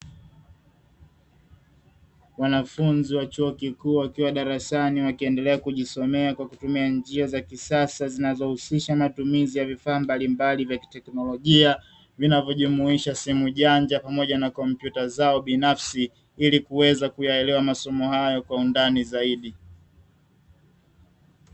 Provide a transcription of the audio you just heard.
Wanafunzi wa chuo kikuu wakiwa darasani wakiendelea kujisomea kwa kutumia njia za kisasa zinazohusisha matumizi ya vifaa mbalimbali vya kiteknolojia, vinavyojumuisha simu janja, pamoja na kompyuta zao binafsi, ili kuweza kuyaelewa masomo hayo kwa undani zaidi.